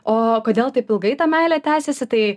o kodėl taip ilgai ta meilė tęsiasi tai